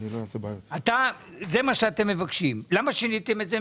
זה מה שאתם מבקשים, למה שיניתם את זה?